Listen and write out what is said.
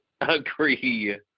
Agree